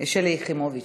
שלי יחימוביץ.